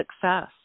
success